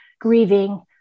grieving